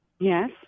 Yes